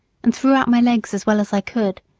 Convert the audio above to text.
and threw out my legs as well as i could,